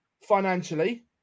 financially